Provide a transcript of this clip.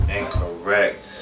incorrect